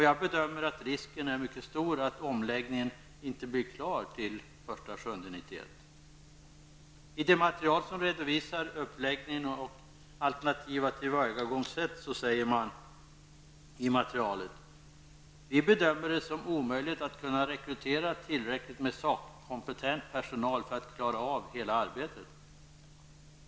Jag bedömer att risken är mycket stor för att omläggningen inte blir klar till den 1 juli 1991. I det material som redovisar uppläggningen och alternativa tillvägagångssätt sägs: ''Vi bedömer det som omöjligt att kunna rekrytera tillräckligt med sakkompetent personal för att klara av hela jobbet.